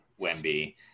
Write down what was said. Wemby